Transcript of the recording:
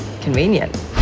convenient